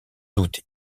doute